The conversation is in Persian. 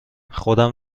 خودم